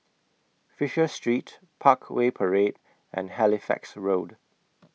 Fisher Street Parkway Parade and Halifax Road